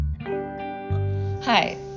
Hi